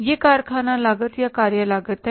यह कारखाना लागत या कार्य लागत है